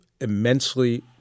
immensely